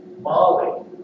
Molly